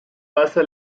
pasa